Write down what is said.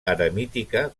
eremítica